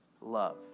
love